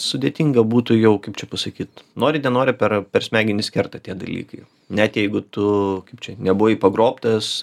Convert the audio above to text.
sudėtinga būtų jau kaip čia pasakyt nori nenori per per smegenis kerta tie dalykai net jeigu tu čia nebuvai pagrobtas